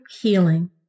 healing